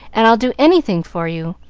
and i'll do anything for you.